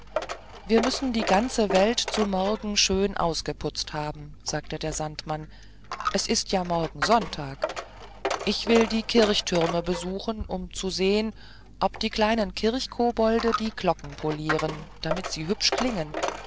wir müssen die ganze welt zu morgen schön ausgeputzt haben sagte der sandmann es ist ja morgen sonntag ich will die kirchtürme besuchen um zu sehen ob die kleinen kirchkobolde die glocken polieren damit sie hübsch klingen